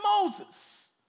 Moses